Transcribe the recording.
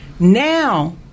Now